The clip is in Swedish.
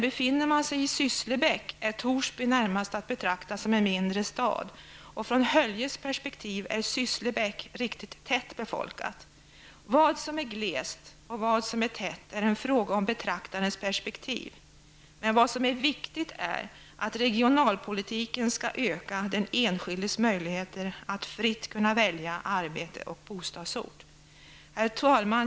Befinner man sig i Sysslebäck är Torsby närmast att betrakta som en mindre stad, och från Höljes perspektiv är Sysslebäck riktigt ''tätt'' befolkat. Vad som är glest och vad som är tätt är en fråga om betraktarens perspektiv. Vad som är viktigt är att regionalpolitiken skall öka den enskildes möjligheter att fritt kunna välja arbete och bostadsort. Herr talman!